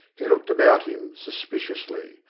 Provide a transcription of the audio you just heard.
he looked about him sus piciously,